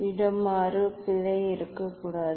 இடமாறு பிழை இருக்கக்கூடாது